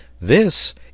this